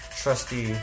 trusty